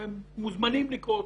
אתם מוזמנים לקרוא אותם.